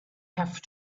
have